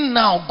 now